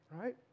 right